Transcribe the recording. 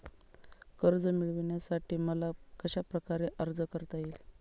कर्ज मिळविण्यासाठी मला कशाप्रकारे अर्ज करता येईल?